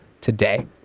today